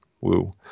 Woo